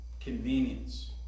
convenience